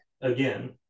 Again